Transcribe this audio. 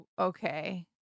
okay